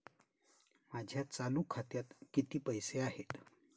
माझ्या चालू खात्यात किती पैसे आहेत?